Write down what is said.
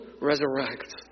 resurrect